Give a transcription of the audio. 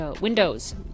Windows